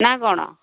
ନା କ'ଣ